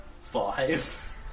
five